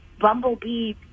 bumblebee